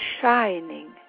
shining